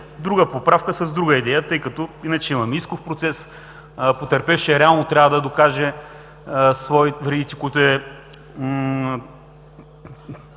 друга поправка, с друга идея, тъй като – иначе, имаме исков процес, потърпевшият реално трябва да докаже вредите, които